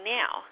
now